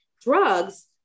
drugs